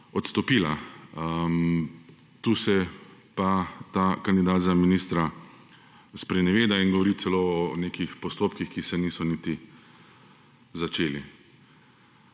odstopila tu se pa ta kandidat za ministra spreneveda in govori celo o nekih postopkih, ki se niso niti začeli.